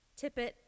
Tippett